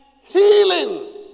healing